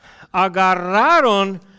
agarraron